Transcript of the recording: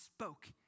spoke